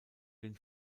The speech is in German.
den